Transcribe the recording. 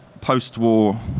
post-war